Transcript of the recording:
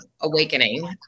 awakening